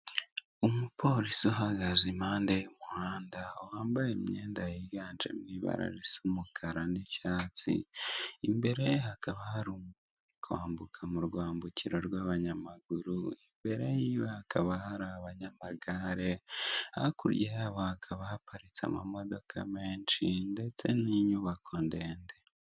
Umupolisi uhagaze impande y'umuhanda yambaye imyenda yiganjemo ibara risa umukara n'icyatsi, imbere ye hakaba hari umuntu urikwambuka mu rwambukiro rw'abanyamaguru, imbere yiwe hakaba hari abanyamagare, hakurya yayo hakaba haparitse amamodoka menshi ndetse n'inyubako ndende.